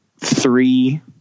three